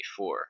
1984